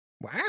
wow